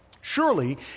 Surely